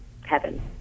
heaven